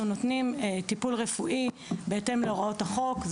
אנחנו נותנים טיפול רפואי בהתאם להוראות החוק,